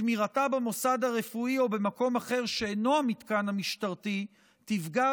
שמירתה במוסד הרפואי או במקום אחר שאינו המתקן המשטרתי תפגע